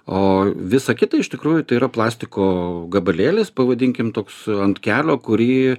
o visa kita iš tikrųjų tai yra plastiko gabalėlis pavadinkim toks ant kelio kurį